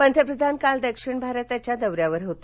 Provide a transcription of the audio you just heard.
पंतप्रधान काल दक्षिणभारतच्या दौर्यावर होते